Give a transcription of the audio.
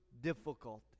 difficulty